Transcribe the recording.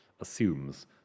assumes